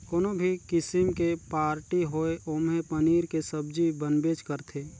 कोनो भी किसिम के पारटी होये ओम्हे पनीर के सब्जी बनबेच करथे